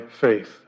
faith